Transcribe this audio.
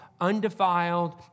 undefiled